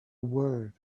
word